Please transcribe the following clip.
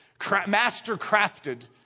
mastercrafted